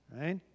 right